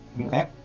Okay